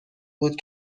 بود